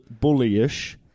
bullyish